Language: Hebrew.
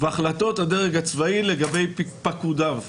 והחלטות הדרג הצבאי לגבי פקודיו.